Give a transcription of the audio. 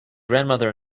grandmother